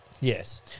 Yes